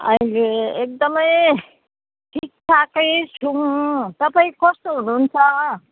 हजुर एकदमै ठिकठाकै छौँ तपाईँ कस्तो हुनुहुन्छ